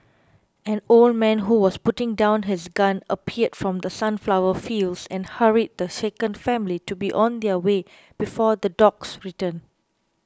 an old man who was putting down his gun appeared from the sunflower fields and hurried the shaken family to be on their way before the dogs return